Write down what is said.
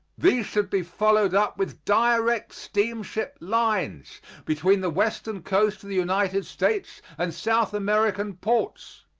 these should be followed up with direct steamship lines between the western coast of the united states and south american ports.